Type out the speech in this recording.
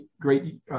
great